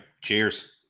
cheers